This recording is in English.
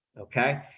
Okay